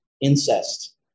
Incest